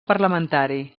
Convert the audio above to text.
parlamentari